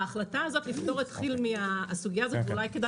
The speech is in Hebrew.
ההחלטה לפטור את כי"ל מהסוגיה הזאת אולי כדאי